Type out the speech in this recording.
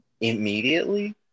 immediately